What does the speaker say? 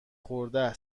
خورده